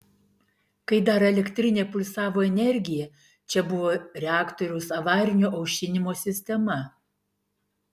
kai dar elektrinė pulsavo energija čia buvo reaktoriaus avarinio aušinimo sistema